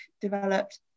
developed